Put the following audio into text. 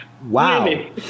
Wow